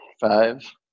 Five